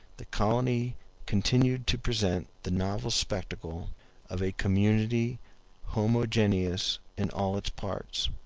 the colony continued to present the novel spectacle of a community homogeneous in all its parts.